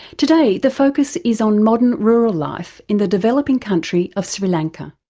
today the focus is on modern rural life in the developing country of sri lanka.